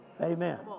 Amen